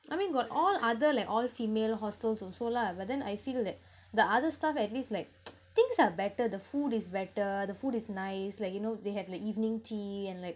I mean got all other like all female hostels also lah but then I feel that the other stuff at least like things are better the food is better the food is nice like you know they have the evening tea and like